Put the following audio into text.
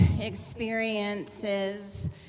experiences